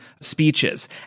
speeches